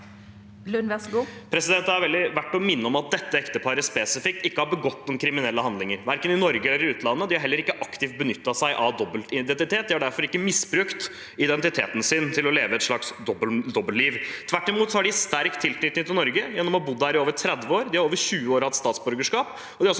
Lund (R) Det er verdt å minne om at dette ekteparet spesifikt ikke har begått noen kriminelle handlinger, verken i Norge eller i utlandet. De har heller ikke aktivt benyttet seg av dobbelt identitet. De har derfor ikke misbrukt identiteten sin til å leve et slags dobbeltliv. Tvert imot har de sterk tilknytning til Norge gjennom å ha bodd her i over 30 år. De har hatt statsborgerskap